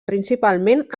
principalment